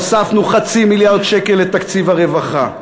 הוספנו 0.5 מיליארד שקל לתקציב הרווחה.